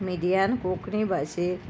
मिडियान कोंकणी भाशेक